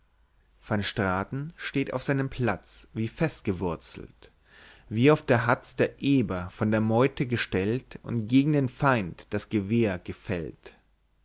van straten steht auf seinem platz wie festgewurzelt wie auf der hatz der eber von der meute gestellt und gegen den feind das gewehr gefällt